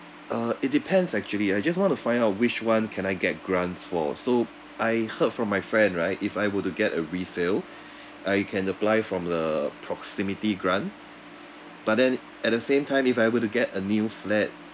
uh it depends actually I just want to find out which [one] can I get grants for so I heard from my friend right if I were to get a resale I can apply from the proximity grant but then at the same time if I were to get a new flat